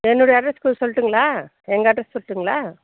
என்னுடைய அட்ரஸ் கொஞ்சம் சொல்லட்டுங்களா எங்கள் அட்ரஸ் சொல்லட்டுங்களா